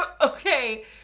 Okay